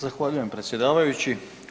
Zahvaljujem predsjedavajući.